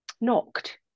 knocked